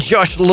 Josh